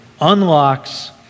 unlocks